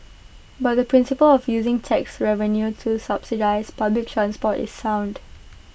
but the principle of using tax revenue to subsidise public transport is sound